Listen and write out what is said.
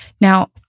Now